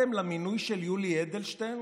התנגדתם למינוי של יולי אדלשטיין